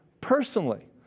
personally